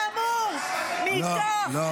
כאמור, מתוך, הרסתם הכול.